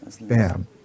bam